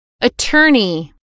Attorney